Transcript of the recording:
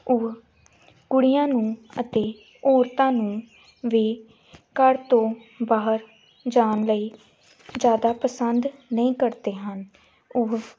ਉਹ ਕੁੜੀਆਂ ਨੂੰ ਅਤੇ ਔਰਤਾਂ ਨੂੰ ਵੀ ਘਰ ਤੋਂ ਬਾਹਰ ਜਾਣ ਲਈ ਜ਼ਿਆਦਾ ਪਸੰਦ ਨਹੀਂ ਕਰਦੇ ਹਨ ਉਹ